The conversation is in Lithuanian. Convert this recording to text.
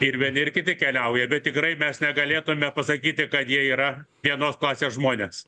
ir vieni ir kiti keliauja bet tikrai mes negalėtume pasakyti kad jie yra vienos klasės žmonės